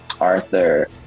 Arthur